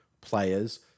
players